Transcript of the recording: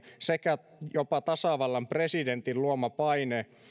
sekä jopa tasavallan presidentin luoma paine